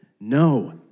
No